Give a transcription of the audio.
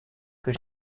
que